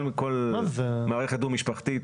כל מערכת דו משפחתית